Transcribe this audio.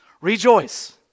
Rejoice